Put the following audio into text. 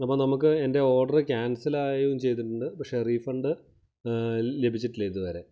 അപ്പം നമുക്ക് എൻ്റെ ഓർഡറ് ക്യാൻസലാകുകയും ചെയ്തിട്ടുണ്ട് പക്ഷേ റീഫണ്ട് ലഭിച്ചിട്ടില്ല ഇതുവരെ